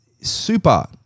super